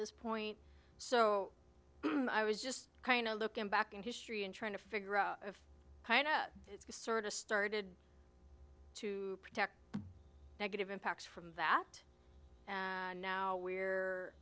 this point so i was just kind of looking back in history and trying to figure out if it's sort of started to protect negative impacts from that and now we're